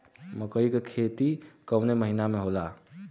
मकई क खेती कवने महीना में होला?